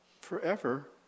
forever